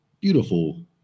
beautiful